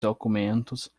documentos